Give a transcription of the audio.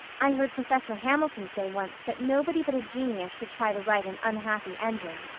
i heard professor hamilton say once that nobody but a genius should try to write an unhappy ending.